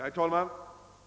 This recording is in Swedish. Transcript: Herr talman!